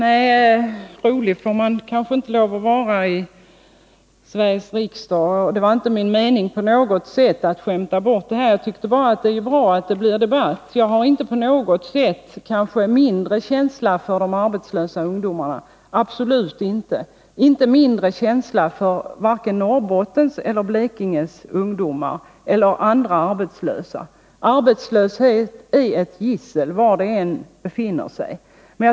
Fru talman! Nej, rolig får man kanske inte lov att vara i Sveriges riksdag. Och det var inte min mening att på något sätt skämta bort denna fråga. Jag tyckte bara att det var bra att det blir debatt. Jag har inte alls mindre känsla för de arbetslösa ungdomarna, absolut inte, varken för Norrbottens eller för Blekinges ungdomar eller för andra arbetslösa. Arbetslöshet är ett gissel var den än befinner sig.